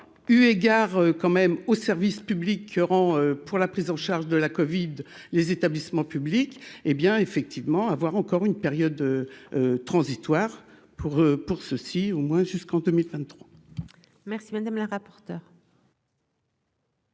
eu égard quand même au service public Keran pour la prise en charge de la Covid, les établissements publics, hé bien effectivement avoir encore une période transitoire pour pour ceux-ci, au moins jusqu'en 2023. Merci madame la rapporteure.